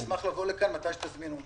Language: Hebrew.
אני אשמח לבוא לכאן מתי שתזמינו אותי.